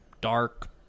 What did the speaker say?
dark